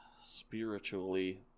spiritually